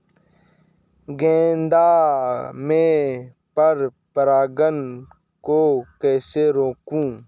गेंदा में पर परागन को कैसे रोकुं?